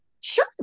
sure